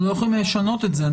אנחנו לא יכולים לשנות את זה.